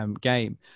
game